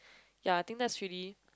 ya I think that's really